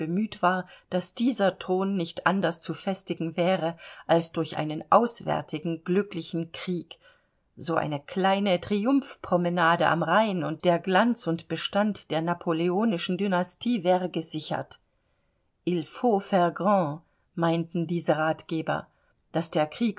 war daß dieser thron nicht anders zu festigen wäre als durch einen auswärtigen glücklichen krieg so eine kleine triumphpromenade am rhein und der glanz und bestand der napoleonischen dynastie wäre gesichert il faut faire grand meinten diese ratgeber daß der krieg